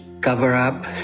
cover-up